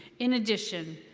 in addition,